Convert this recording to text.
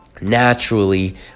naturally